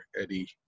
Eddie